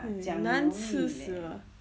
难吃死了